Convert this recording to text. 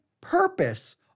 purpose